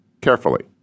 Carefully